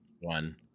one